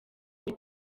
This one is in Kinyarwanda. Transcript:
uri